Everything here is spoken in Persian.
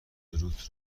روت